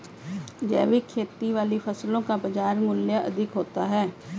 जैविक खेती वाली फसलों का बाजार मूल्य अधिक होता है